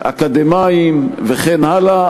אקדמאים וכן הלאה,